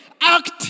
Act